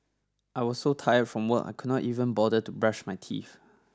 I was so tired from work I could not even bother to brush my teeth